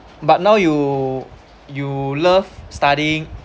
but now you you love studying